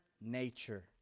nature